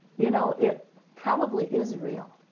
you know, it probably is real,